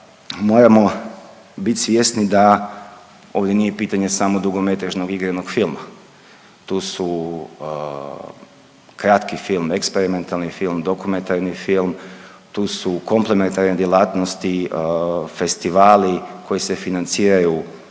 moramo bit svjesni da ovdje nije pitanje samo dugometražnog igranog filma, tu su kratki film, eksperimentalni film, dokumentarni film, tu su komplementarne djelatnosti, festivali koji se financiraju,